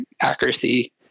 accuracy